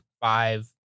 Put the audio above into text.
five